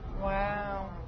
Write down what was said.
Wow